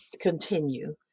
continue